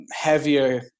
Heavier